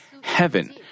heaven